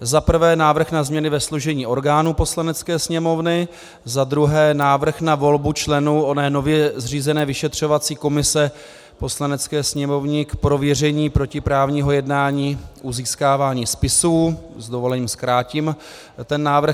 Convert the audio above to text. Za prvé Návrh na změny ve složení orgánů Poslanecké sněmovny, za druhé Návrh na volbu členů oné nově zřízené vyšetřovací komise Poslanecké sněmovny k prověření protiprávního jednání u získávání spisů s dovolením zkrátím návrh.